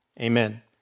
amen